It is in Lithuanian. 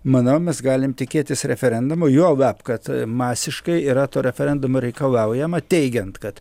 manau mes galim tikėtis referendumo juolab kad masiškai yra to referendumo reikalaujama teigiant kad